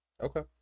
Okay